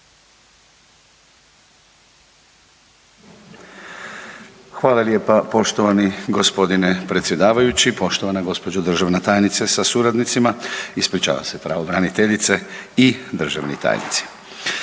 Hvala lijepa poštovani gospodine predsjedavajući. Poštovana gospođo državna tajnice sa suradnicima, ispričavam se pravobraniteljice i državni tajnici,